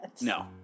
No